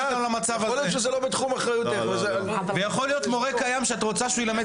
יכול להיות מורה קיים שאת רוצה שהוא ילמד